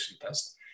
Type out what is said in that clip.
test